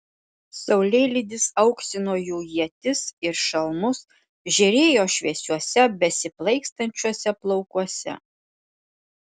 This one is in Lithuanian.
saulėlydis auksino jų ietis ir šalmus žėrėjo šviesiuose besiplaikstančiuose plaukuose